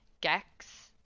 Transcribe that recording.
Gex